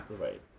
Right